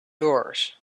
doors